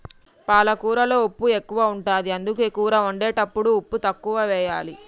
పాలకూరలో ఉప్పు ఎక్కువ ఉంటది, అందుకే కూర వండేటప్పుడు ఉప్పు తక్కువెయ్యాలి